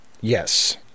Yes